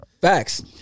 Facts